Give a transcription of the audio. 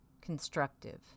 Constructive